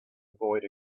avoid